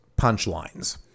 punchlines